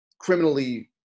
criminally